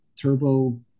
turbo